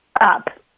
up